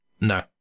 No